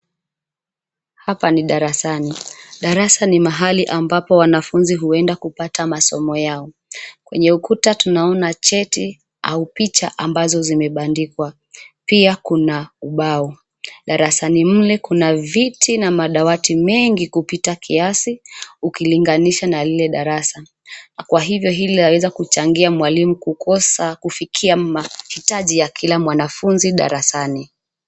Hapa ni darasani. Darasa ni mahali ambapo wanafunzi huenda kupata masomo yao. Kwenye ukuta tunaona cheti au picha ambazo zimebandikwa, pia kuna ubao. Darasani mle kuna viti na madawati mengi kupita kiasi ukilinganisha na lile darasa, kwa hivyo hili linaeza changia mwalimu kukosa kufikia mahitaji ya kila mwanafunzi darasani.